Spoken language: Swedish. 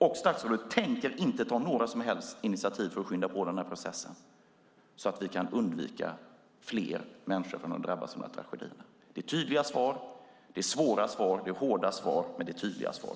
Och statsrådet tänker inte ta några som helst initiativ för att skynda på den här processen så att vi kan undvika att fler människor drabbas av dessa tragedier. Det är svåra svar och hårda svar, men det är tydliga svar.